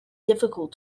difficult